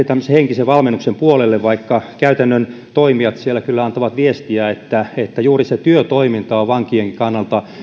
henkisen valmennuksen puolelle vaikka käytännön toimijat siellä antavat viestiä että että juuri se työtoiminta on vankien kannalta